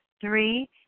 Three